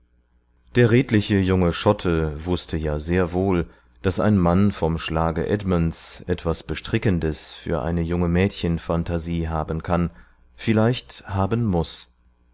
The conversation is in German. der redliche junge schotte wußte ja sehr wohl daß ein mann vom schlage edmunds etwas bestrickendes für eine junge mädchenphantasie haben kann vielleicht haben muß